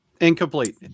incomplete